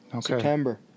September